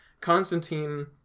Constantine